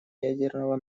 ядерного